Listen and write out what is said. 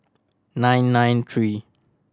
nine nine three